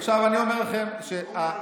עכשיו אני אומר לכם --- אמרו לאנשים לא לבוא.